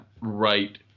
right